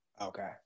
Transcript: Okay